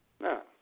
No